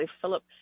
Philip